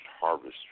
Harvest